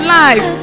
life